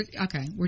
Okay